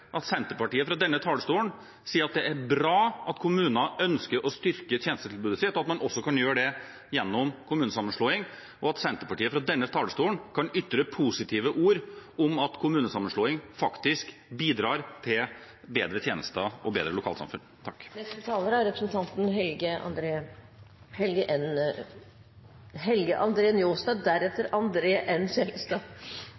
at Senterpartiet fra denne talerstolen sier at det er bra at kommuner ønsker å styrke tjenestetilbudet sitt, og at man også kan gjøre det gjennom kommunesammenslåing, og at Senterpartiet fra denne talerstolen kan ytre positive ord om at kommunesammenslåing faktisk bidrar til bedre tjenester og bedre lokalsamfunn. Neste taler er representanten Helge N. – unnskyld, Helge André Njåstad,